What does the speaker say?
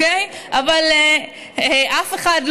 אבל אף אחד,